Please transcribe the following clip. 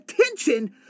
attention